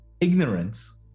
ignorance